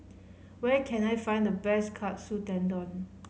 where can I find the best Katsu Tendon